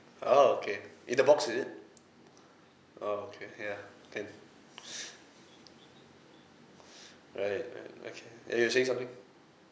oh okay in the box is it okay ya can right right okay ya you were saying something